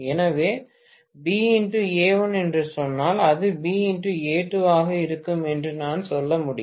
எனவே BxA1 என்று சொன்னால் இது BxA2 ஆக இருக்கும் என்று நான் சொல்ல முடியும்